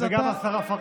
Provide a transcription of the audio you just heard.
וגם השרה פרקש הכהן.